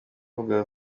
bavuga